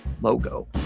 logo